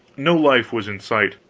no life was in sight,